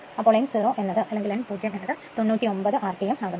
അപ്പോൾ n0 എന്ന് ഉള്ളത് 99 rpm ആകുന്നു